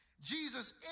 Jesus